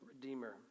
redeemer